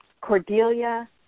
Cordelia